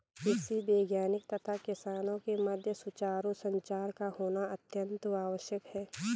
कृषि वैज्ञानिक तथा किसानों के मध्य सुचारू संचार का होना अत्यंत आवश्यक है